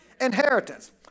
Inheritance